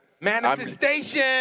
Manifestation